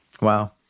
Wow